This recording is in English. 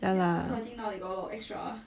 ya lah